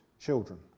children